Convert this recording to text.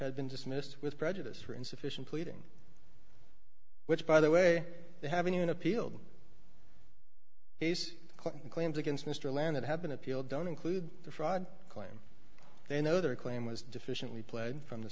had been dismissed with prejudice or insufficient pleading which by the way they haven't even appealed pace claims against mr land it had been appealed don't include the fraud claim they know their claim was deficient we played from the